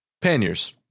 Panniers